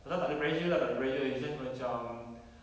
pasal tak ada pressure lah tak ada pressure it's just macam